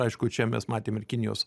aišku čia mes matėm ir kinijos